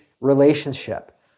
relationship